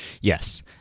yes